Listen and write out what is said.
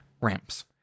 Ramps